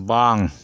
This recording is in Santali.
ᱵᱟᱝ